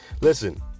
Listen